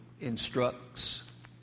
instructs